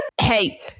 Hey